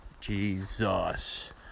Jesus